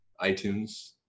iTunes